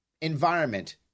environment